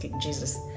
Jesus